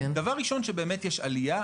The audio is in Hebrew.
דבר ראשון, שבאמת יש עלייה.